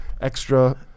extra